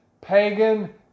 pagan